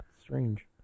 strange